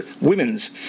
Women's